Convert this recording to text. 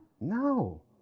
No